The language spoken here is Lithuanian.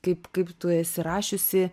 kaip kaip tu esi rašiusi